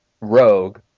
Rogue